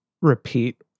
repeat